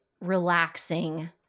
relaxing